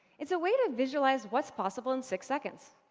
it's a way to visualize what's possible in six seconds,